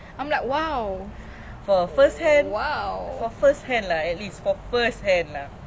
that's first hand right I think my friend bought second hand [one]